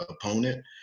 opponent